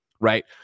right